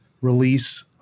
release